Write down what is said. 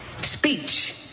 Speech